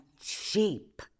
cheap